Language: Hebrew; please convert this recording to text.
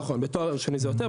נכון, בתואר שני זה יותר.